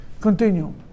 Continue